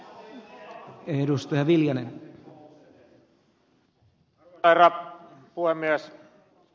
arvoisa herra puhemies